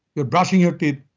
you're brushing your teeth,